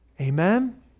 Amen